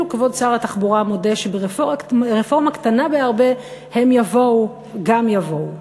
כבוד שר התחבורה מודה שברפורמה קטנה בהרבה הם יבואו גם יבואו.